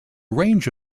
range